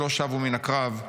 שלא שבו מן הקרב,